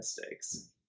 mistakes